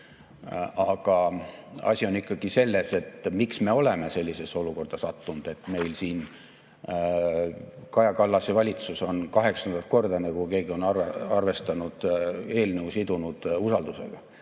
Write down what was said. Aga asi on ikkagi selles, miks me oleme sellisesse olukorda sattunud, et meil siin Kaja Kallase valitsus on kaheksandat korda, nagu keegi on arvestanud, eelnõu sidunud usaldusega.